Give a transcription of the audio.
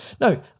no